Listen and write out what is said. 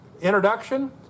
introduction